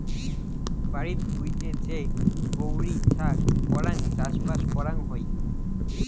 বাড়িত ভুঁইতে যে গৈরী ছা করাং চাষবাস করাং হই